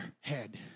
head